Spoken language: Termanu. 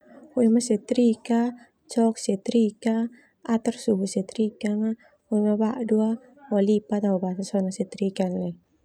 Cok setrika ator suhu setrika hoi ma badu lipat basa sona setrika leo.